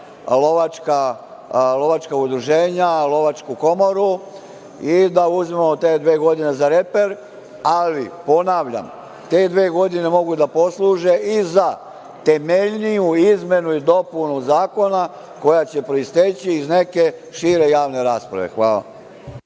lovačka udruženja, Lovačku komoru i da uzmemo te dve godine za reper, ali, ponavljam, te dve godine mogu da posluže i za temeljniju izmenu i dopunu zakona koja će proisteći iz neke šire javne rasprave. Hvala.